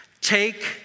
Take